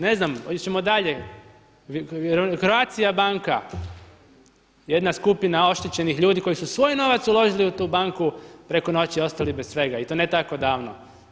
Ne znam, ići ćemo dalje, Croatia banka, jedna skupina oštećenih ljudi koji su svoj novac uložili u tu banku, preko noći ostali bez svega i to ne tako davno.